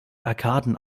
arkaden